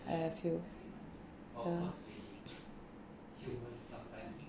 I feel ya